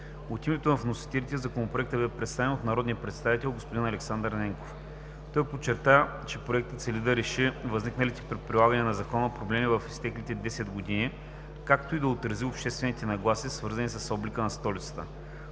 От името на вносителите Законопроектът бе представен от народния представител господин Александър Ненков. Той подчерта, че Проектът цели да реши възникналите при прилагане на закона проблеми в изтеклите 10 години, както и да отрази обществените нагласи, свързани с облика на столицата.